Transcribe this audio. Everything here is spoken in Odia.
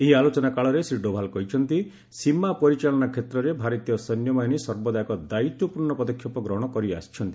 ଏହି ଆଲୋଚନା କାଳରେ ଶ୍ରୀ ଡୋଭାଲ୍ କହିଛନ୍ତି ସୀମା ପରିଚାଳନା କ୍ଷେତ୍ରରେ ଭାରତୀୟ ସୈନ୍ୟବାହିନୀ ସର୍ବଦା ଏକ ଦାୟିତ୍ୱପୂର୍ଣ୍ଣ ପଦକ୍ଷେପ ଗ୍ରହଣ କରିଆସିଛନ୍ତି